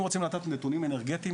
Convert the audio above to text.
אם רוצים לדעת נתונים אנרגטיים,